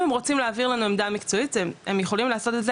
אם הם רוצים להעביר לנו עמדה מקצועית הם יכולים לעשות את זה.